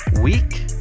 week